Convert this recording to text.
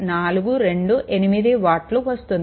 428 వాట్లు వస్తుంది